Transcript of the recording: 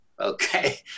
Okay